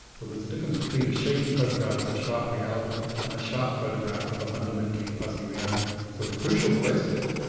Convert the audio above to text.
so there's a difference between a shaky photograph of a sharp reality and a sharp photograph of a fundamentally fuzzy reality. so the crucial question,